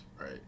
right